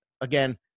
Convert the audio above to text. again